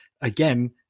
again